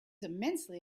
immensely